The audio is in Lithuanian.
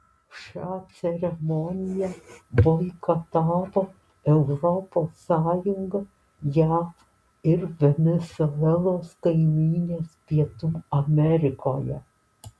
šią ceremoniją boikotavo europos sąjunga jav ir venesuelos kaimynės pietų amerikoje